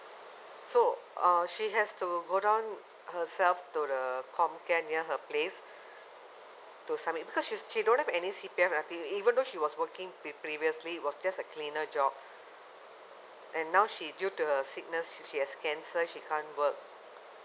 so uh she has to go down herself to the comcare near her place to submit because she's she don't have any C_P_F until even though she was working pre~ previously work just a cleaner job and now she due to her sickness she has cancer she can't work